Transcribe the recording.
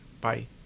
Bye